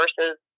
versus